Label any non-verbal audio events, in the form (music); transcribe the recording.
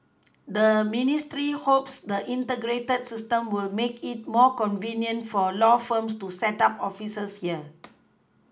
the ministry hopes the Integrated system will make it more convenient for law firms to set up offices here (noise)